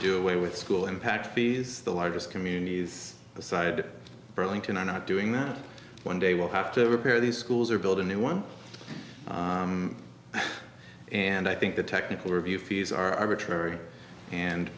do away with school impact fees the largest communities cited burlington are not doing that one day will have to repair the schools or build a new one and i think the technical review fees are arbitrary and